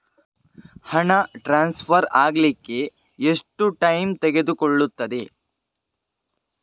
ಹಣ ಟ್ರಾನ್ಸ್ಫರ್ ಅಗ್ಲಿಕ್ಕೆ ಎಷ್ಟು ಟೈಮ್ ತೆಗೆದುಕೊಳ್ಳುತ್ತದೆ?